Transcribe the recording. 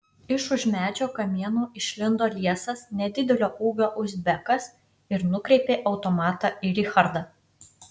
iš už medžio kamieno išlindo liesas nedidelio ūgio uzbekas ir nukreipė automatą į richardą